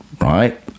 right